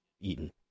eaten